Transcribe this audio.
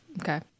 Okay